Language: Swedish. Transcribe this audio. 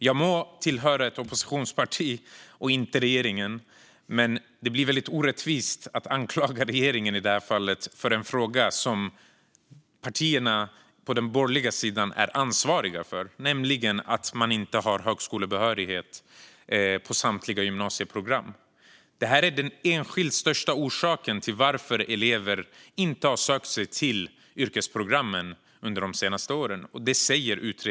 Jag må tillhöra ett oppositionsparti och inte regeringen, men det är orättvist att anklaga regeringen för något som de borgerliga partierna är ansvariga för: att inte samtliga gymnasieprogram ger högskolebehörighet. Utredning efter utredning säger att detta är den enskilt största orsaken till att elever inte har sökt sig till yrkesprogrammen de senaste åren.